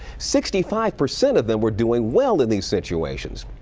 sixty-five percent of them were doing well in these situations.